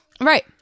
Right